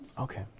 okay